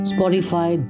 Spotify